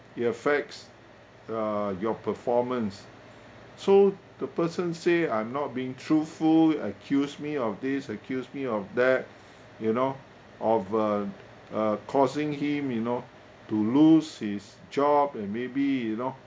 it affects uh your performance so the person say I'm not being truthful accused me of these accused me of that you know of uh uh causing him you know to lose his job and maybe you know